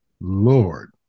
Lord